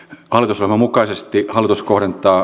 alkusanamukaisesti hallitus kohdentaa